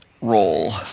roll